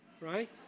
Right